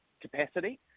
capacity